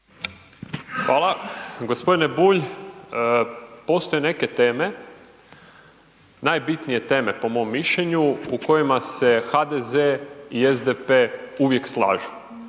Hvala. G. Bulj, postoje neke teme, najbitnije teme po mom mišljenju u kojima se HDZ i SDP uvijek slažu.